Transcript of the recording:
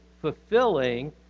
fulfilling